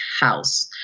house